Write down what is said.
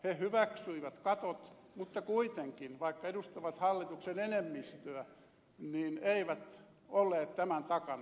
he hyväksyivät katot mutta kuitenkin vaikka edustavat hallituksen enemmistöä eivät olleet tämän takana